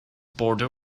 border